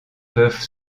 peuvent